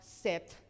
set